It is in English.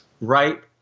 right